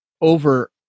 over